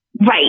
Right